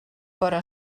però